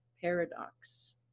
paradox